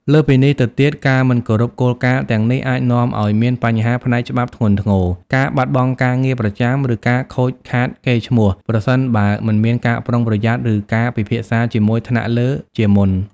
លើសពីនេះទៅទៀត ការមិនគោរពគោលការណ៍ទាំងនេះអាចនាំឱ្យមានបញ្ហាផ្នែកច្បាប់ធ្ងន់ធ្ងរ ការបាត់បង់ការងារប្រចាំ ឬការខូចខាតកេរ្តិ៍ឈ្មោះ ប្រសិនបើមិនមានការប្រុងប្រយ័ត្ន ឬការពិភាក្សាជាមួយថ្នាក់លើជាមុន។